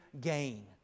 gain